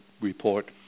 report